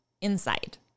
inside